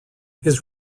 his